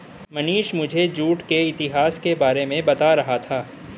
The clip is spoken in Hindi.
मनीष मुझे जूट के इतिहास के बारे में बता रहा था